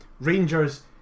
Rangers